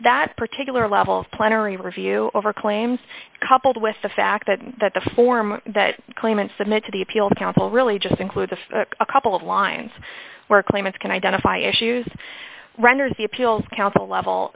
that particular level of plenary review over claims coupled with the fact that that the form that claimants submit to the appeal council really just includes a couple of lines where claimants can identify issues renders the appeals council level